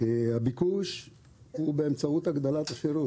הביקוש הוא באמצעות הגדלת השירות.